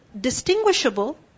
distinguishable